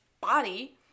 body